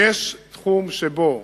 אם יש תחום שבו,